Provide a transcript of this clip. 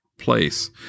place